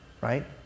right